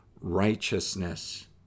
righteousness